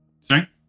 Sorry